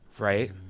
Right